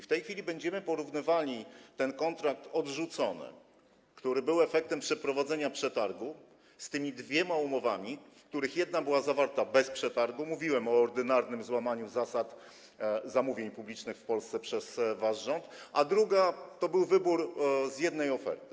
W tej chwili będziemy porównywali kontrakt odrzucony, który był efektem przeprowadzenia przetargu, z tymi dwiema umowami, z których jedna była zawarta bez przetargu, mówiłem o ordynarnym złamaniu zasad zamówień publicznych w Polsce przez wasz rząd, a druga to był wybór z jednej oferty.